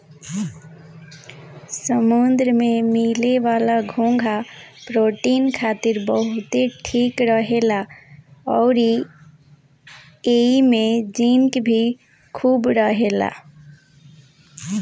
समुंद्र में मिले वाला घोंघा प्रोटीन खातिर बहुते ठीक रहेला अउरी एइमे जिंक भी खूब रहेला